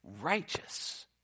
righteous